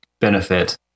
benefit